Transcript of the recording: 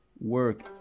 work